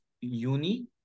uni